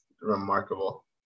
remarkable